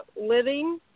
living